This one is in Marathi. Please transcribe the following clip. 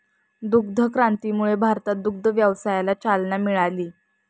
दुग्ध क्रांतीमुळे भारतात दुग्ध व्यवसायाला चालना मिळाली